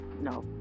no